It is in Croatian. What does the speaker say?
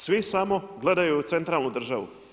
Svi samo gledaju centralnu državu.